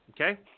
Okay